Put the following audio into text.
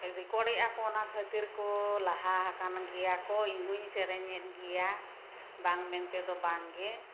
ᱨᱮᱠᱚᱨᱰᱮᱜ ᱟᱠᱚ ᱚᱱᱟ ᱠᱷᱟᱛᱤᱨ ᱠᱚ ᱞᱟᱦᱟᱣᱟᱠᱟᱱ ᱜᱮᱭᱟ ᱠᱚ ᱤᱧᱦᱚᱧ ᱥᱮᱨᱮᱧᱮᱫ ᱜᱮᱭᱟ ᱵᱟᱝ ᱢᱮᱱᱛᱮ ᱫᱚ ᱵᱟᱝᱜᱮ